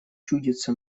чудится